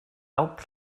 help